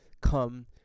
come